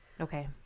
Okay